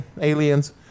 aliens